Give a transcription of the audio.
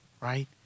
right